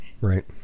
Right